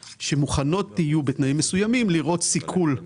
שמוכנות יהיו בתנאים מסוימים לראות סיכול גם